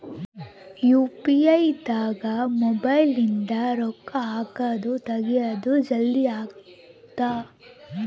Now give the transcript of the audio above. UPI ದಾಗ mobile ನಿಂದ ರೊಕ್ಕ ಹಕೊದ್ ತೆಗಿಯೊದ್ ಜಲ್ದೀ ಅಗುತ್ತ